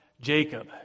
Jacob